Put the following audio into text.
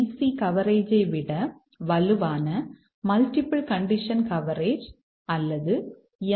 C கவரேஜை விட வலுவான மல்டிபிள் கண்டிஷன் கவரேஜ் அல்லது எம்